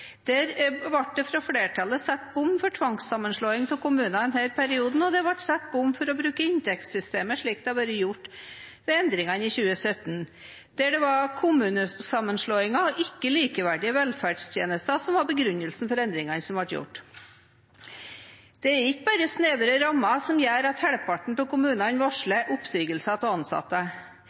Der ble det av flertallet satt bom for tvangssammenslåing av kommuner i denne stortingsperioden, og det ble også satt bom for å bruke inntektssystemet slik det ble gjort ved endringene i 2017, hvor det var kommunesammenslåinger og ikke likeverdige velferdstjenester som var begrunnelsen for endringene som ble gjort. Det er ikke bare snevre rammer som gjør at halvparten av kommunene varsler oppsigelser av ansatte.